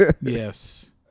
Yes